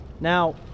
Now